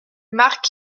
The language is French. marc